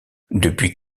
depuis